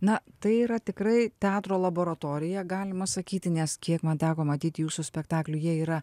na tai yra tikrai teatro laboratorija galima sakyti nes kiek man teko matyti jūsų spektaklių jie yra